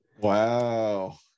Wow